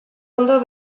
ondo